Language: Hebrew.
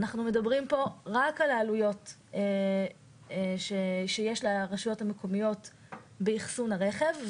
אנחנו מדברים פה רק על העלויות שיש לרשויות המקומיות באחסון הרכב.